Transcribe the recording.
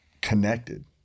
connected